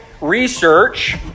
Research